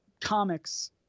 comics